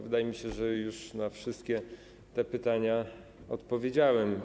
Wydaje mi się, że już na wszystkie te pytania odpowiedziałem.